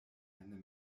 eine